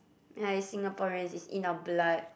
yeah it's Singaporean it's in our blood